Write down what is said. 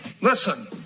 Listen